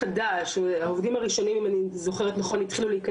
התחילו להיכנס לישראל בסביבות 2017,